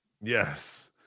yes